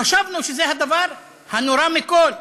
חשבנו שזה הדבר הנורא מכול,